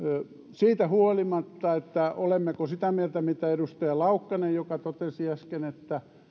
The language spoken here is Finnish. siitä huolimatta olemmeko sitä mieltä mitä edustaja laukkanen joka totesi äsken että